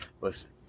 listen